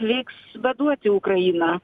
reiks vaduoti ukrainą